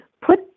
put